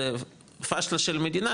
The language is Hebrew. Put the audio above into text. זו פשלה של המדינה,